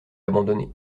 abandonné